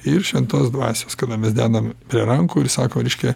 ir šventos dvasios kada mes dedame prie rankų ir sako reiškia